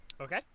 Okay